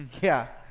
yeah.